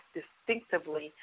distinctively